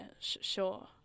sure